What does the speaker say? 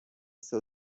seu